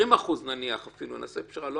אפילו 20% - נעשה פשרה,